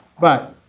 but